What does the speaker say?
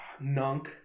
Nunk